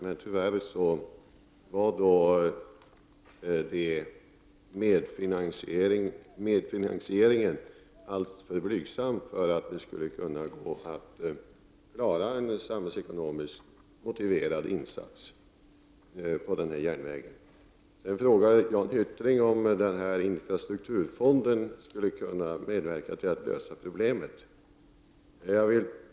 Men tyvärr var medfinansieringen alltför blygsam för att det skulle kunna gå att klara en samhällsekonomiskt motiverad insats på den järnvägen. Jan Hyttring frågade mig om infrastrukturfonden skulle kunna medverka till att lösa problemet.